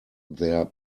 their